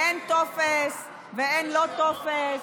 אין טופס ואין לא טופס,